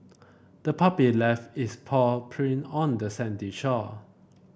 the puppy left its paw print on the sandy shore